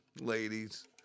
ladies